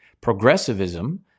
progressivism